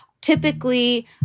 typically